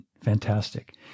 Fantastic